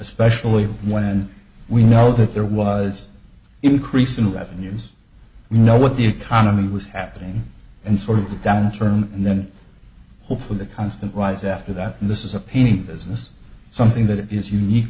especially when we know that there was increase in revenues you know what the economy was happening and sort of the downturn and then hopefully the constant rise after that and this is a painting business something that is unique